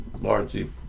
largely